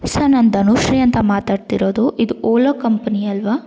sir ನಾನು ದನುಶ್ರೀ ಅಂತ ಮಾತಾಡ್ತಿರೋದು ಇದು ಓಲೋ ಕಂಪನಿ ಅಲ್ವಾ